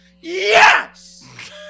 Yes